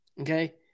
okay